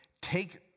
take